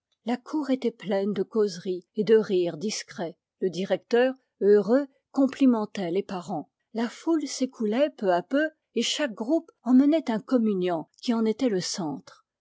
la cour était pleine de causeries et de rires discrets le directeur heureux complimentait les parents la foule s'écoulait peu à peu et chaque groupe emmenait un communiant qui en était le centre